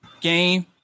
game